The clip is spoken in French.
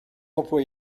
emplois